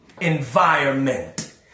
environment